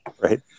right